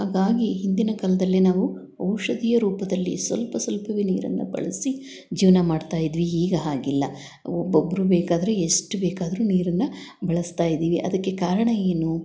ಹಾಗಾಗಿ ಹಿಂದಿನ ಕಾಲದಲ್ಲಿ ನಾವು ಔಷಧಿಯ ರೂಪದಲ್ಲಿ ಸ್ವಲ್ಪ ಸ್ವಲ್ಪವೇ ನೀರನ್ನು ಬಳಸಿ ಜೀವನ ಮಾಡ್ತಾ ಇದ್ವಿ ಈಗ ಹಾಗಿಲ್ಲ ಒಬ್ಬೊಬ್ಬರು ಬೇಕಾದರೆ ಎಷ್ಟ್ ಬೇಕಾದರೂ ನೀರನ್ನು ಬಳಸ್ತಾ ಇದ್ದೀವಿ ಅದಕ್ಕೆ ಕಾರಣ ಏನು